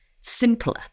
simpler